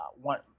One